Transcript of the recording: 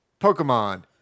Pokemon